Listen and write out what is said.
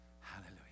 Hallelujah